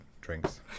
drinks